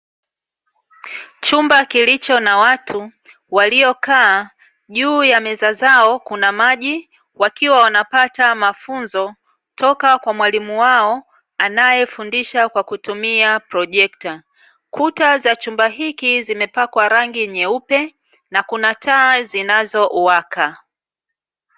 Chumba kilicho na watu waliokaa, juu ya meza zao kuna maji, wakiwa wanapata mafunzo toka kwa mwalimu wao anayefundisha kwa kutumia projekta. Kuta za chumba hiki zimepakwa rangi nyeupe, na kuna taa zinazowaka.